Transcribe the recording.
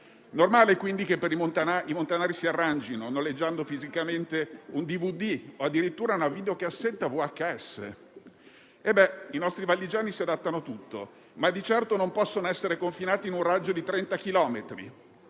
Normale quindi che i montanari si arrangino, noleggiando fisicamente un DVD o addirittura una videocassetta VHS. I nostri valligiani si adattano a tutto, ma di certo non possono essere confinati in un raggio di 30 chilometri.